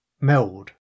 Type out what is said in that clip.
meld